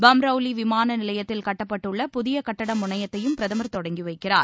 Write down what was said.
பம்ரவுளி விமான நிவையத்தில் கட்டப்பட்டுள்ள புதிய கட்டிட முனையத்தையும் பிரதம் தொடங்கி வைக்கிறார்